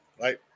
right